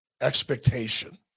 expectation